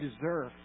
deserve